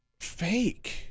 fake